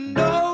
no